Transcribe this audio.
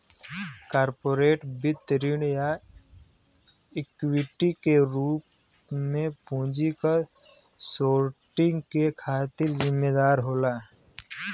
corporate वित्त ऋण या इक्विटी के रूप में पूंजी क सोर्सिंग के खातिर जिम्मेदार होला